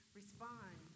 respond